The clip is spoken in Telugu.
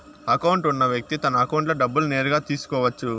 అకౌంట్ ఉన్న వ్యక్తి తన అకౌంట్లో డబ్బులు నేరుగా తీసుకోవచ్చు